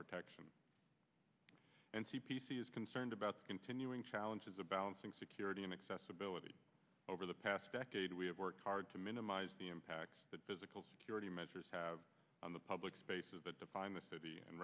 protection and c p c is concerned about continuing challenges a balancing security and accessibility over the past decade we have worked hard to minimize the impact that physical security measures have on the public spaces that define the city and